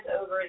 over